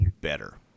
better